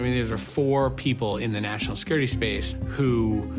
i mean these are four people in the national security space who